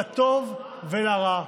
לטוב ולרע.